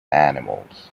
animals